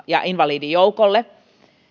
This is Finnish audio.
ja invalidijoukolle